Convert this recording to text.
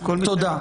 תודה.